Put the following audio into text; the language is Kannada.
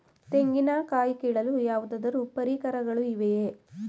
ತೆಂಗಿನ ಕಾಯಿ ಕೀಳಲು ಯಾವುದಾದರು ಪರಿಕರಗಳು ಇವೆಯೇ?